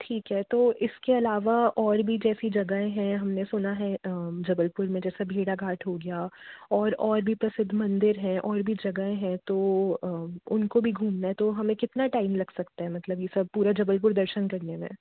ठीक है तो इसके अलावा और भी जैसी जगहं हैं हमने सुना है जबलपुर में जैसे भेड़ाघाट गया और और भी प्रसिद्ध मंदिर हैं और भी जगहें हैं तो उनको भी घूमना है तो हमें कितना टाइम लग सकता है मतलब ये सब पूरा जबलपुर दर्शन करने में